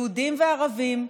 יהודים וערבים,